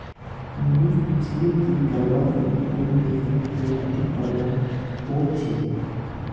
मनीष पूछले कि करवा सने कुन देशत कि आर्थिक प्रभाव पोर छेक